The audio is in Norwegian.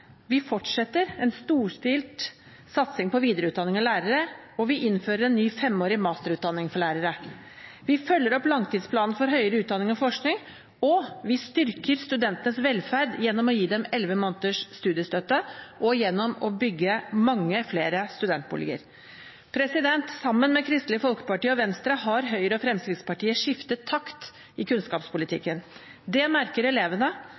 vi fortsetter en storstilt satsing på videreutdanning av lærere, og vi innfører en ny femårig masterutdanning for lærere. Vi følger opp langtidsplanen for høyere utdanning og forskning, og vi styrker studentenes velferd gjennom å gi dem elleve måneders studiestøtte og gjennom å bygge mange flere studentboliger. Sammen med Kristelig Folkeparti og Venstre har Høyre og Fremskrittspartiet skiftet takt i kunnskapspolitikken. Det merker elevene,